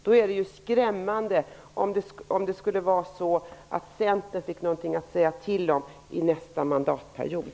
Då är det krämmande om Centern skulle få någonting att säga till om under nästa mandatperiod.